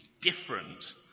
different